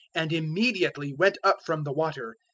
and immediately went up from the water.